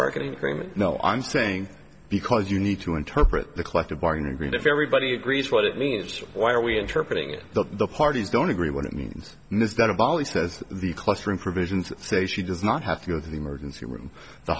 bargaining agreement no i'm saying because you need to interpret the collective bargaining agreement everybody agrees what it means why are we interpret it that the parties don't agree what it means is that a bali says the classroom provisions say she does not have to go to the emergency room the